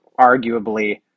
arguably